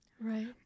Right